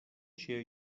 share